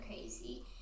crazy